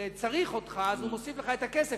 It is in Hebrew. שכאשר הוא צריך אותך הוא מוסיף לך את הכסף.